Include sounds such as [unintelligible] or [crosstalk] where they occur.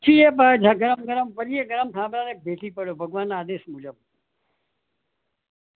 છીએ [unintelligible] ગરમ ગરમ [unintelligible] ગરમ થાંભલાને ભેટી પડ્યો ભગવાને આદેશ દીધો